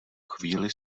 chvíli